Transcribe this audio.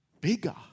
bigger